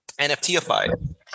NFTify